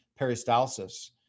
peristalsis